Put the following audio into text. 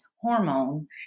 hormone